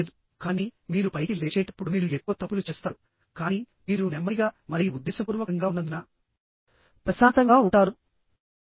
లేదు కానీ మీరు పైకి లేచేటప్పుడు మీరు ఎక్కువ తప్పులు చేస్తారుకానీ మీరు నెమ్మదిగా మరియు ఉద్దేశపూర్వకంగా ఉన్నందున మీరు ప్రశాంతంగా మరియు సమిష్టిగా ఉండగలుగుతారు